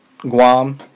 Guam